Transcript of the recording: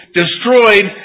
destroyed